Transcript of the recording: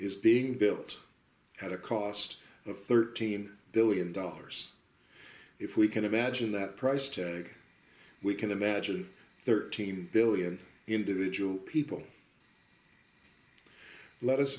is being built at a cost of thirteen billion dollars if we can imagine that price tag we can imagine thirteen billion dollars individual people let us